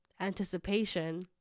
anticipation